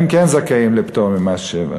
הם כן זכאים לפטור ממס שבח.